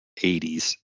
80s